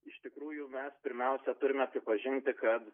iš tikrųjų mes pirmiausia turime pripažinti kad